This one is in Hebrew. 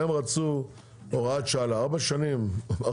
הם רצו הוראת שעה לארבע שנים ,ואני